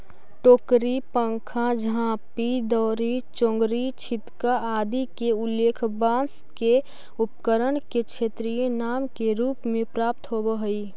टोकरी, पंखा, झांपी, दौरी, चोंगरी, छितका आदि के उल्लेख बाँँस के उपकरण के क्षेत्रीय नाम के रूप में प्राप्त होवऽ हइ